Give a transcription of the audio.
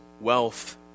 wealth